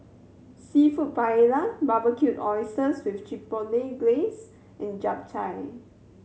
Seafood Paella Barbecued Oysters with Glaze and Japchae